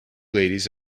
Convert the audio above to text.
ladies